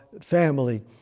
family